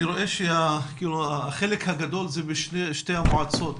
אני רואה שהחלק הגדול זה בשתי המועצות,